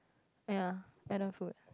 ya Adam food